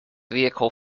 vehicle